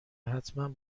حتمن